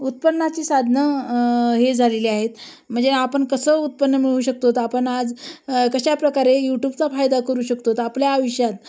उत्पन्नाची साधनं हे झालेली आहेत म्हणजे आपण कसं उत्पन्न मिळू शकतो ते आपण आज कशाप्रकारे यूट्यूबचा फायदा करू शकतो आपल्या आयुष्यात